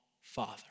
father